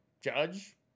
Judge